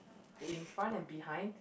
in front and behind